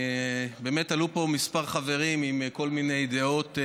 באמת עלו פה כמה חברים עם כל מיני דעות,